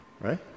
Right